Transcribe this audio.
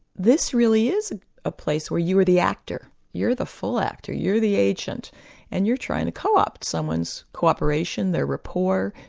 this really is a place where you are the actor, you're the full actor, you're the agent and you're trying to co-opt someone's co-operation, their rapport,